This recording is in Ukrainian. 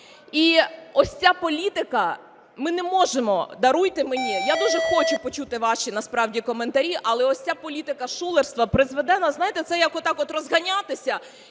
І ось ця політика, ми не можемо, даруйте мені, я дуже хочу почути ваші насправді коментарі, але ось ця політика шулерства призведе нас, знаєте, це як отак-от розганятися